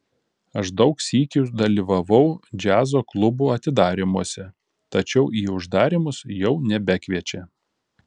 aš daug sykių dalyvavau džiazo klubų atidarymuose tačiau į uždarymus jau nebekviečia